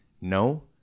No